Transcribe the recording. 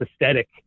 aesthetic